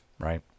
right